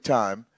time